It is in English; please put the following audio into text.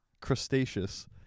crustaceous